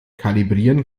kalibrieren